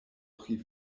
pri